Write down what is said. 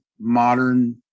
modern